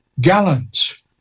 gallons